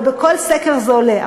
בכל סקר זה עולה,